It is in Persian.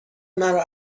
مرا